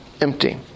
empty